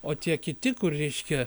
o tie kiti kur reiškia